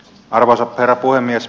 arvoisa herra puhemies